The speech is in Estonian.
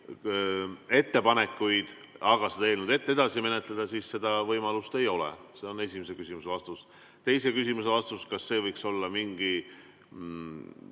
kuidas seda eelnõu edasi menetleda, siis seda võimalust ei ole. See on esimese küsimuse vastus. Teise küsimuse vastus. Kas see võiks olla mingi